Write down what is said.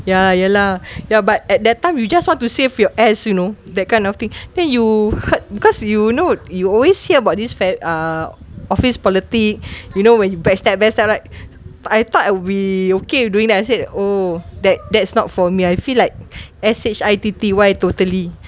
ya lah ya lah ya but at that time you just want to save your ass you know that kind of thing then you hurt because you know you always hear about this uh office politic you know when you backstab backstab right I thought I we okay doing that I said oh that that's not for me I feel like S_H_I_T_T_Y totally